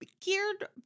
geared